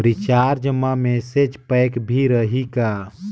Recharge मा message pack भी रही का?